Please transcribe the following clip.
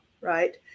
right